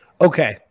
Okay